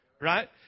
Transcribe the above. Right